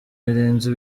birenze